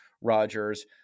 Rodgers